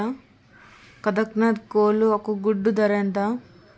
కదక్నత్ కోళ్ల ఒక గుడ్డు ధర ఎంత?